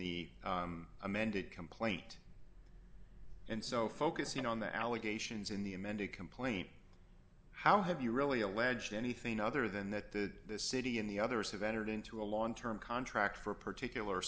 the amended complaint and so focusing on the allegations in the amended complaint how have you really alleged anything other than that the city and the others have entered into a long term contract for a particular